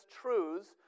truths